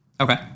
Okay